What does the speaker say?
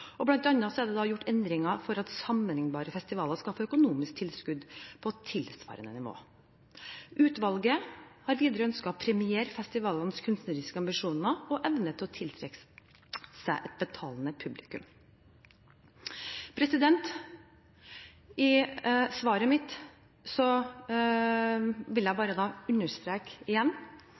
endringer for at sammenlignbare festivaler skal få økonomiske tilskudd på tilsvarende nivå. Utvalget har videre ønsket å premiere festivalenes kunstneriske ambisjoner og evne til å tiltrekke seg et betalende publikum. I svaret mitt vil jeg bare igjen understreke